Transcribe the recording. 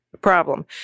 problem